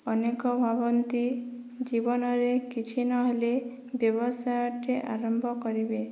ଅନେକ ଭାବନ୍ତି ଜୀବନରେ କିଛି ନହେଲେ ବ୍ୟବସାୟଟେ ଆରମ୍ଭ କରିବେ